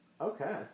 Okay